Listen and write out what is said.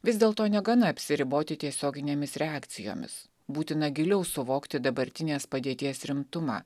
vis dėlto negana apsiriboti tiesioginėmis reakcijomis būtina giliau suvokti dabartinės padėties rimtumą